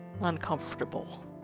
uncomfortable